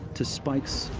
to spikes,